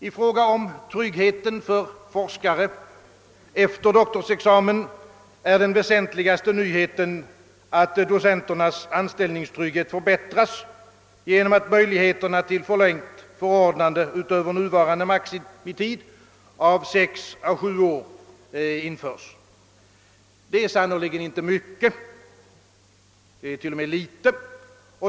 I fråga om tryggheten för forskare efter doktorsexamen är den väsentligaste nyheten, att docenternas anställningstrygghet förbättras genom att möjlighet till förlängt förordnande utöver nuvarande maximitid av sex å sju år införs. Det är sannerligen inte mycket, det är t.o.m. litet.